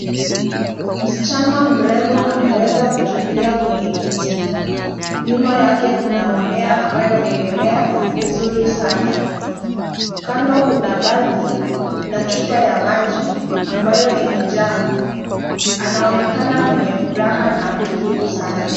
Msichana mrembo ameweza kutulia kwenye kiti. Nyuma yake kuna mimea ambayo imemea vizuri sana. Kuna bagi na chupa ya maji ambayo imejaa. Anaonekana mwenye furaha na mtulivu sana.